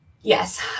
Yes